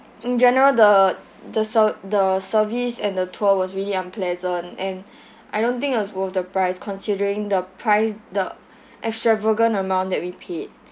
in general the the ser~ the service and the tour was really unpleasant and I don't think it's worth the price considering the price the extravagant amount that we paid